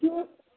क्यों